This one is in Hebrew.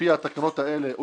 לפי התקנות האלה,